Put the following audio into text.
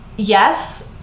Yes